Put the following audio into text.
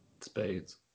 Spades